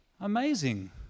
Amazing